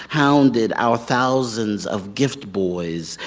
hounded our thousands of gift boys,